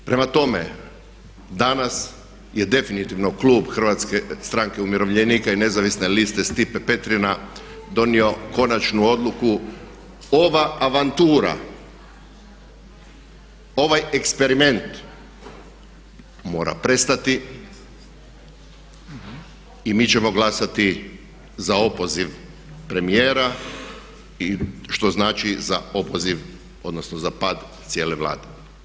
Prema tome danas je definitivno Hrvatske stranke umirovljenika i Nezavisne liste Stipe Petrina donio konačnu odluku, ova avantura, ovaj eksperiment mora prestati i mi ćemo glasati za opoziv premijera što znači za opoziv za pad cijele Vlade.